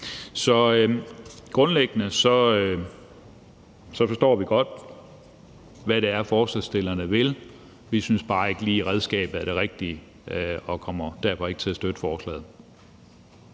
Så grundlæggende forstår vi godt, hvad det er, forslagsstillerne vil, men vi synes bare ikke lige, at redskabet er det rigtige og kommer derfor ikke til at støtte forslaget.